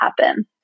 happen